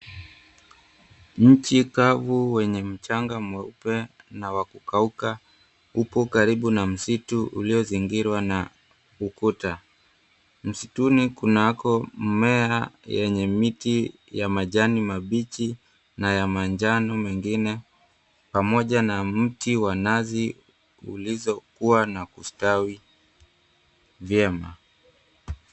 Nchi kavu wenye mchanga mweupe na wa kukauka, upo karibu na msitu uliozingirwa na ukuta. Msituni kunako mmea yenye miti ya majani mabichi na ya manjano mengine, pamoja na mti wa nazi ulizokuwa na kustawi vyema.